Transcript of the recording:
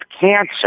cancer